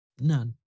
None